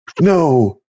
No